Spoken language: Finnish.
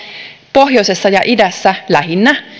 pohjoisessa ja idässä lähinnä